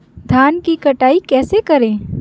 धान की कटाई कैसे करें?